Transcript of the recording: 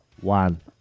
One